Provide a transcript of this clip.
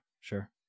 sure